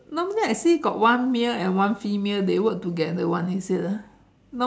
normally I see got one male and female they work together [one] is it ah